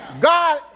God